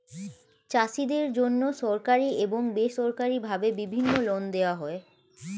চাষীদের জন্যে সরকারি এবং বেসরকারি ভাবে বিভিন্ন লোন দেওয়া হয়